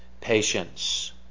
patience